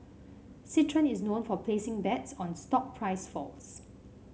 citron is known for placing bets on stock price falls